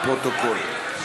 לפרוטוקול.